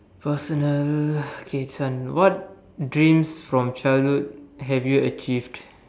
personal okay this one what dreams from childhood have you achieved